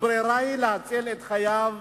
הברירה היא להציל את חייו,